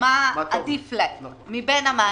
מה עדיף להם מבין המענקים,